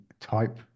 type